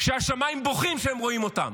שהשמיים בוכים כשהם רואים אותם.